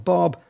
Bob